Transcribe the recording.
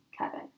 Kevin